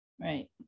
Right